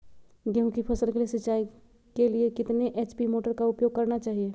गेंहू की फसल के सिंचाई के लिए कितने एच.पी मोटर का उपयोग करना चाहिए?